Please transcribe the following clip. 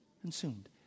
consumed